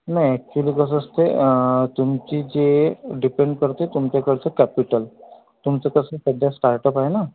नाही ॲक्च्युअली कसं असतं आहे तुमची जे डिपेंड करतं आहे तुमच्याकडचं कॅपिटल तुमचं कसं सध्या स्टार्टअप आहे ना